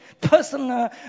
personal